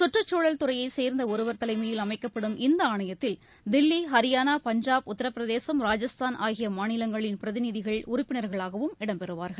கற்றுச்சூழல் துறையைசேர்ந்தஒருவர் தலைமையில் அமைக்கப்படும் இந்தஆணையத்தில் தில்லி ஹரியானா பஞ்சாப் உத்தரப்பிரதேசம் ராஜஸ்தான் ஆகியமாநிலங்களின் பிரதிநிதிகள் உறப்பினர்களாகவும் இடம் பெறுவார்கள்